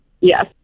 Yes